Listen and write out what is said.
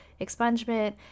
expungement